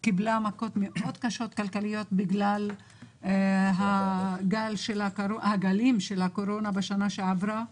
היא קיבלה מכות כלכליות מאוד קשות בגלל הגלים של הקורונה בשנה שעברה.